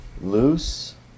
loose